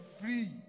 Free